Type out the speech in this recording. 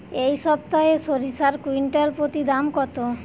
এই সপ্তাহে সরিষার কুইন্টাল প্রতি দাম কত?